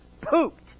pooped